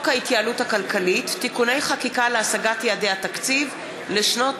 ההתייעלות הכלכלית (תיקוני חקיקה להשגת יעדי התקציב לשנות